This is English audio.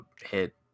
hit